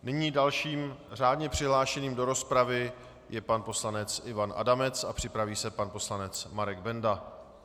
Nyní dalším řádně přihlášeným do rozpravy je pan poslanec Ivan Adamec a připraví se pan poslanec Marek Benda.